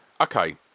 Okay